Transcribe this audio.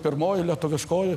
pirmoji lietuviškoji